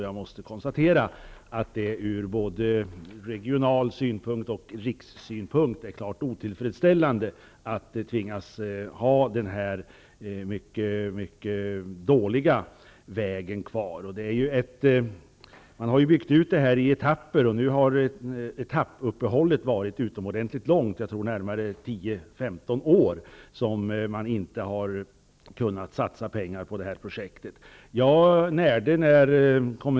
Jag måste konstatera att det från både regional och nationell synpunkt är klart otillfredsställande att man tvingas ha den här mycket dåliga vägen kvar. En utbyggnad har skett i etapper. Men det senaste uppehållet har varit utomordentligt långt. I, tror jag, närmare 10--15 år har varit omöjligt att satsa pengar på det här projektet.